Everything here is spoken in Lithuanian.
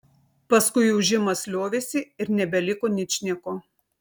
paskui ūžimas liovėsi ir nebeliko ničnieko